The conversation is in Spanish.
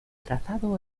trazado